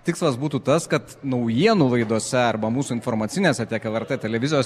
tikslas būtų tas kad naujienų laidose arba mūsų informacinėse tiek lrt televizijos